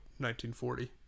1940